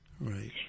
Right